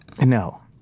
No